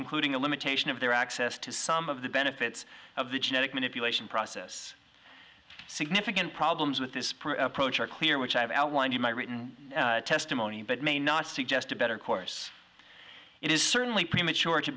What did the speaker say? including a limitation of their access to some of the benefits of the genetic manipulation process significant problems with this approach are clear which i have outlined in my written testimony but may not suggest a better course it is certainly premature